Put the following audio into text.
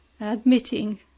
admitting